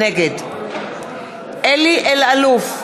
נגד אלי אלאלוף,